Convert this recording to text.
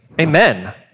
Amen